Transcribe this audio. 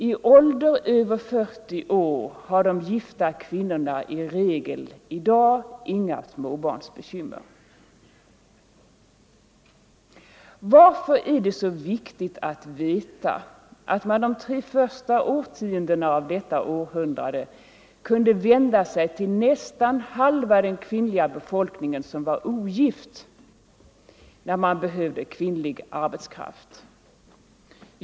I åldern över 40 år har de gifta kvinnorna i regel i dag inga småbarnsbekymmer. Varför är det så viktigt att veta att man de tre första årtiondena av detta århundrade kunde vända sig till nästan halva den kvinnliga befolkningen, som var ogift, när man behövde kvinnlig arbetskraft?